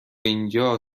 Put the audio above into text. اینجا